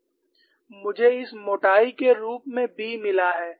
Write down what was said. मुझे इस मोटाई के रूप में B मिला है